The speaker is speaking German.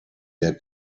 der